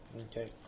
Okay